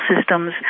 systems